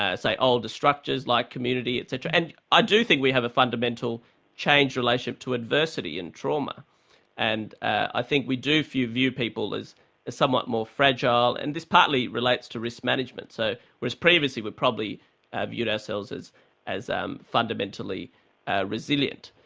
older structures like community, et cetera. and i do think we have a fundamentally changed relationship to adversity and trauma and i think we do view view people as somewhat more fragile. and this partly relates to risk management, so whereas previously we'd probably have viewed ourselves as as um fundamentally ah resilient.